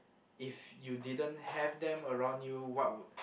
if you didn't have them around you what would